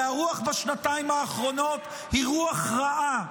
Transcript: והרוח בשנתיים האחרונות היא רוח רעה,